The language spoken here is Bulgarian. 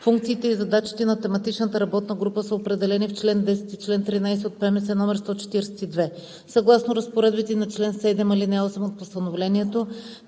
Функциите и задачите на тематичната работна група са определени в чл. 10 и чл. 13 от ПМС № 142. Съгласно разпоредбите на чл. 7, ал. 8 от Постановлението